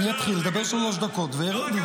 אני אתחיל לדבר שלוש דקות ואני ארד,